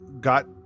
got